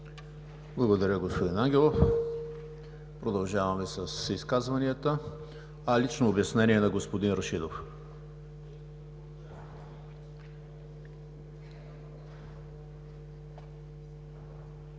Благодаря, господин Ангелов. Продължаваме с изказванията. Лично обяснение на господин Рашидов.